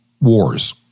wars